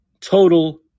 total